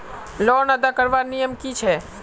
Loan अदा करवार नियम की छे?